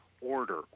order